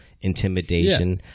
intimidation